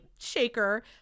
shaker